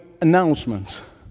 announcements